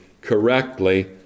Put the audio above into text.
correctly